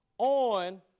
on